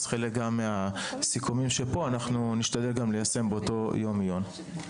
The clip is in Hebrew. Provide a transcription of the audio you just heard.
אז חלק גם מהסיכומים שפה אנחנו נשתדל גם ליישם באותו יום עיון.